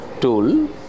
tool